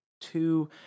two